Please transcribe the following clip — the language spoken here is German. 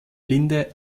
linde